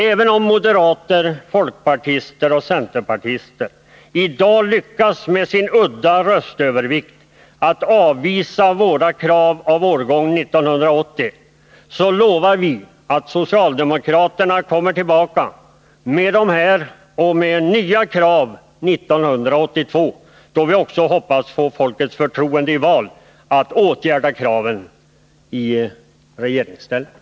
Även om moderater, folkpartister och centerpartister i dag lyckas med sin udda röstövervikt att avvisa våra krav av årgång 1980, lovar vi att socialdemokraterna kommer tillbaka med dessa och med nya krav 1982, då vi också hoppas få folkets förtroende i val att åtgärda kraven i regeringsställning.